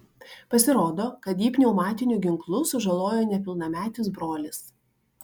pasirodo kad jį pneumatiniu ginklu sužalojo nepilnametis brolis